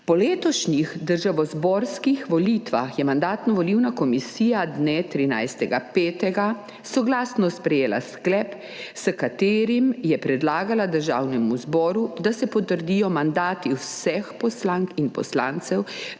Po letošnjih državnozborskih volitvah je Mandatno-volilna komisija dne 13. 5. soglasno sprejela sklep, s katerim je predlagala Državnemu zboru, da se potrdijo mandati vseh poslank in poslancev